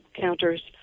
counters